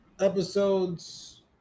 episodes